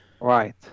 Right